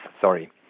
sorry